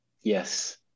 Yes